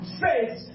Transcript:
faith